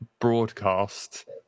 broadcast